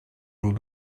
l’ont